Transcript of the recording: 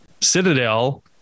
Citadel